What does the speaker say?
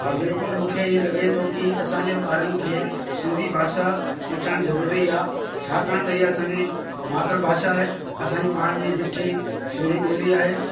हा बिल्कुल मुखे ईअं लॻे तो कि असांजे ॿारनि खे सिंधी भाषा अचण ज़रूरी आ छाकाणि त ईअं असांजी मातृभाषा आहे असांजी पाण जी मिठी सिंधी ॿोली आहे